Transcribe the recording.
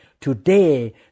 Today